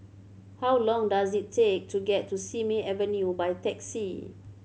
how long does it take to get to Simei Avenue by taxi